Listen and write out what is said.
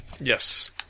Yes